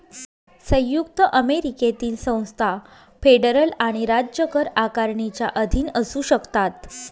संयुक्त अमेरिकेतील संस्था फेडरल आणि राज्य कर आकारणीच्या अधीन असू शकतात